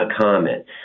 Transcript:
comment